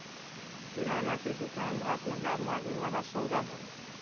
किराने की दुकान भारत में लाभ मार्जिन वाला सौदा हइ